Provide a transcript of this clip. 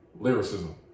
Lyricism